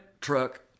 truck